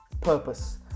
purpose